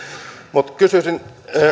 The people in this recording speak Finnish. mutta kysyisin